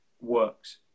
works